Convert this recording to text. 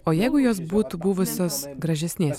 o jeigu jos būtų buvusios gražesnės